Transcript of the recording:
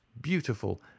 beautiful